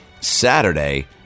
Saturday